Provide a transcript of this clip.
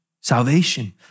Salvation